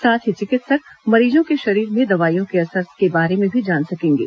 साथ ही चिकित्सक मरीजों के शरीर में दवाइयों के असर के बारे में भी जान सकेंगे